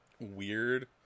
weird